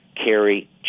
Carry